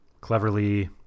Cleverly